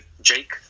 Jake